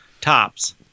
tops